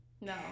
No